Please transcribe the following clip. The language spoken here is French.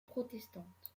protestante